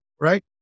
Right